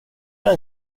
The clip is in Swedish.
jag